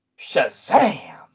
Shazam